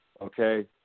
okay